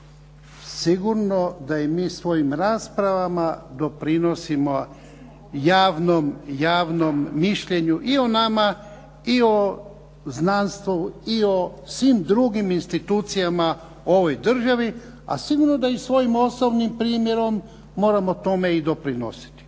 Sigurno da i mi svojim raspravama doprinosimo javnom mišljenju i o nama i o znanstvu i o svim drugim institucijama u ovoj državi, a sigurno da i svojim osobnim primjerom moramo tome i doprinositi.